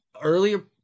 earlier